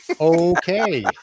Okay